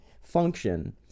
function